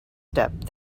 step